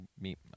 meet